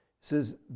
says